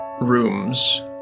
rooms